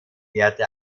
werte